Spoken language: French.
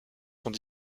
sont